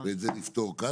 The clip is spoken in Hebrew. ואת זה נפתור כאן.